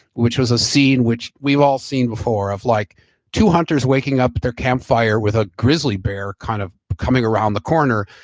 which was a scene which we've all seen before of like two hunters waking up their campfire with a grizzly bear kind of coming around the corner.